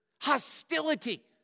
hostility